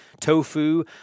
tofu